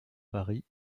paris